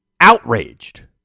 outraged